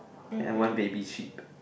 and one baby sheep